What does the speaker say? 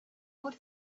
what